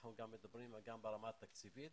אנחנו מדברים גם ברמה התקציבית,